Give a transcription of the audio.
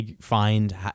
find